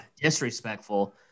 disrespectful